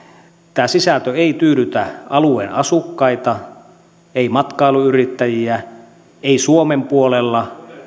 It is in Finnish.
tämä sisältö ei tyydytä alueen asukkaita ei matkailuyrittäjiä ei suomen puolella